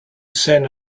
send